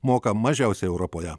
moka mažiausiai europoje